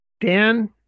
Dan